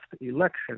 election